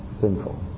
sinful